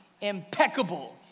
impeccable